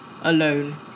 alone